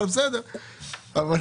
אני מבין